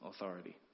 authority